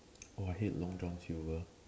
oh I hate long-John-silver